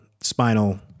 spinal